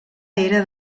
era